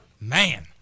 Man